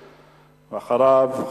ואחריו,